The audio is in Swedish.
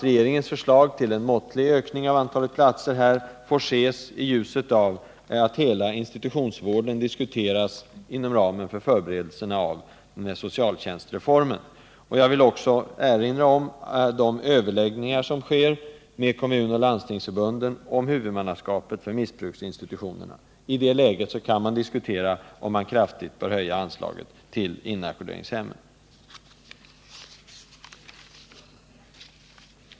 Regeringens förslag till en måttlig ökning av antalet platser får ses i ljuset av att hela institutionsvården diskuteras inom ramen för förberedelserna av socialtjänstreformen. Jag vill också erinra om de överläggningar som pågår med kommunoch landstingsförbunden om, huvudmannaskapet för missbruksinstitutionerna. I det läget kan det diskuteras om man kraftigt bör höja anslaget till inackorderingshemmen.